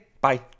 Bye